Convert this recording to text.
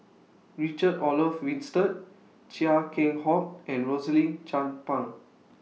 Richard Olaf Winstedt Chia Keng Hock and Rosaline Chan Pang